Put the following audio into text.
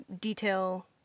detail